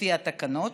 לפי התקנות,